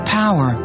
power